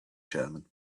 german